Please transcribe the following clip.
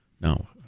no